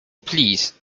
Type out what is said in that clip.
please